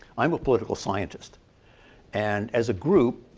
i am a political scientist and, as a group,